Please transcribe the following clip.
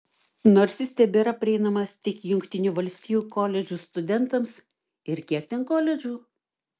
nors jis tebėra prieinamas tik jungtinių valstijų koledžų studentams ir kiek ten koledžų